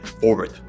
forward